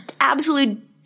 absolute